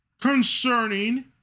concerning